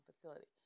facility